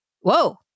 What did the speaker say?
whoa